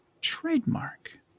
Trademark